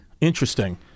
interesting